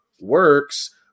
works